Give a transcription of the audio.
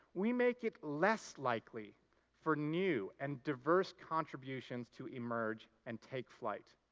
we make it less likely for new and diverse contributions to emerge and take flight.